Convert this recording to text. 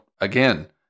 Again